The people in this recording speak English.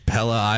Pella